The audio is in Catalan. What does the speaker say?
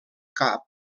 cap